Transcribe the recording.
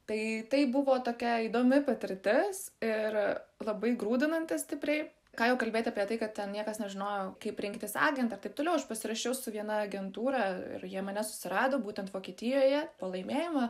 tai tai buvo tokia įdomi patirtis ir labai grūdinanti stipriai ką jau kalbėt apie tai kad ten niekas nežinojo kaip rinktis agentą ir taip toliau aš pasirašiau su viena agentūra ir jie mane susirado būtent vokietijoje po laimėjimo